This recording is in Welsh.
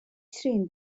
trin